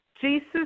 Jesus